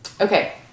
Okay